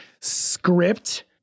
script